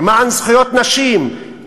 למען זכויות נשים,